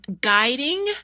guiding